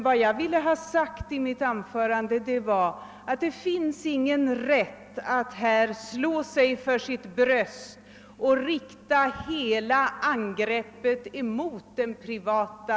Vad jag ville ha sagt med mitt anförande är att man på den statliga sektorn inte har någon rätt att slå sig för sitt bröst och rikta alla angreppen mot den privata sidan.